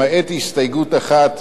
למעט הסתייגות אחת,